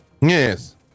Yes